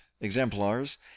exemplars